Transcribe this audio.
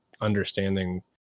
understanding